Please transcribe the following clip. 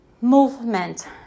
movement